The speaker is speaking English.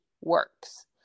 works